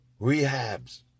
rehabs